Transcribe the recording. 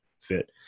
fit